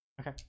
Okay